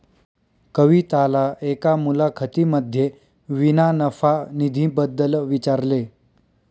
कविताला एका मुलाखतीमध्ये विना नफा निधी बद्दल विचारले